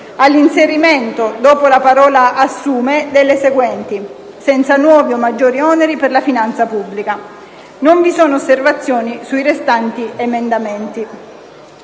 all'inserimento, dopo la parola «assume», delle seguenti: ", senza nuovi o maggiori oneri per la finanza pubblica,". Non vi sono osservazioni sui restanti emendamenti».